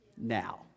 now